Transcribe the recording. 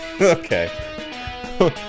Okay